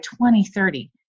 2030